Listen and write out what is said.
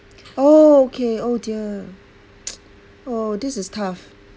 oh okay oh dear oh this is tough